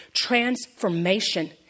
transformation